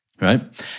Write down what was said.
Right